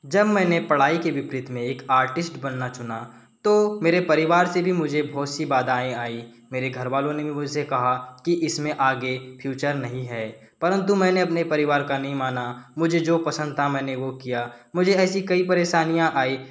जब मैंने पढ़ाई की विपरीत में एक आर्टिस्ट बनना चुना तो मेरे परिवार से भी मुझे बहुत सी बाधाएँ आईं मेरे घर वालों ने भी मुझसे कहा कि इसमें आगे फ्यूचर नहीं है परंतु मैंने अपने परिवार का नहीं माना मुझे जो पसंद था मैंने वो किया मुझे ऐसी कई परेशानियाँ आईं